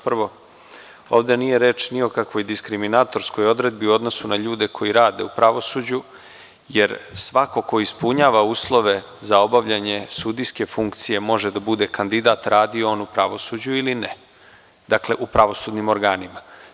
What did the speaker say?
Prvo, ovde nije reč ni o kakvoj diskriminatorskoj odredbi u odnosu na ljude koji rade u pravosuđu, jer svako ko ispunjava uslove za obavljanje sudijske funkcije može da bude kandidat radio on u pravosuđu ili ne, dakle, u pravosudnim organima.